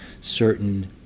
certain